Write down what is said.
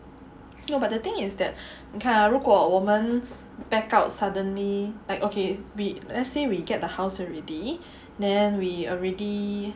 no but the thing is that 你看 ah 如果我们 back out suddenly like okay we let's say we get the house already then we already